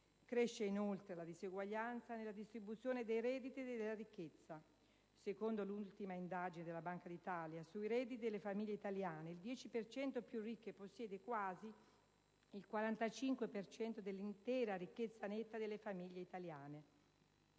Cresce inoltre la disuguaglianza nella distribuzione dei redditi e della ricchezza. Secondo l'ultima indagine di Banca d'Italia sui redditi delle famiglie italiane, il 10 per cento delle famiglie più ricche possiede quasi il 45 per cento dell'intera ricchezza netta delle famiglie italiane.